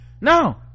no